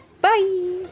Bye